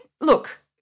look